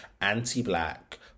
anti-black